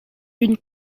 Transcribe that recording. une